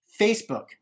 Facebook